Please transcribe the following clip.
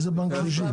איזה בנק שלישי?